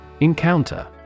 Encounter